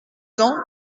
ans